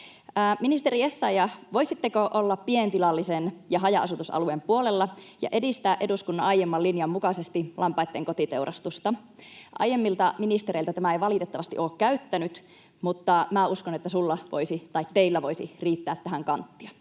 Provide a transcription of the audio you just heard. Ministeri Essayah, voisitteko olla pientilallisen ja haja-asutusalueen puolella ja edistää eduskunnan aiemman linjan mukaisesti lampaitten kotiteurastusta? Aiemmilta ministereiltä tämä ei valitettavasti ole käynyt, mutta minä uskon, että teillä voisi riittää tähän kanttia.